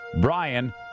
Brian